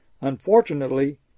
unfortunately